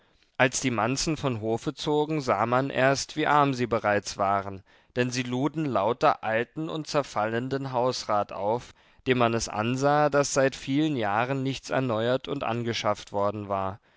als die manzen vom hofe zogen sah man erst wie arm sie bereits waren denn sie luden lauter alten und zerfallenden hausrat auf dem man es ansah daß seit vielen jahren nichts erneuert und angeschafft worden war